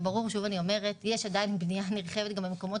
ברור שיש עדיין בניה נרחבת גם במקומות